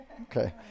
Okay